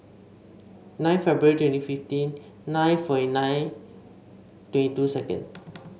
nine February twenty fifteen nine forty nine twenty two second